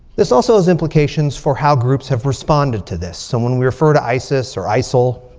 this also has implications for how groups have responded to this. so when we refer to isis or isil.